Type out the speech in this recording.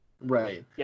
Right